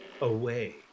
away